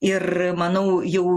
ir manau jau